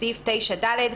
בסעיף 9(ד),